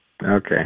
Okay